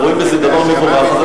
ורואים בזה דבר מבורך,